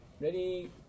Ready